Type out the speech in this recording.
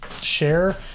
share